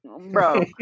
Bro